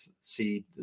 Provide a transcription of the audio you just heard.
see